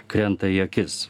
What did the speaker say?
krenta į akis